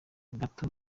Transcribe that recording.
gato